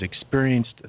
experienced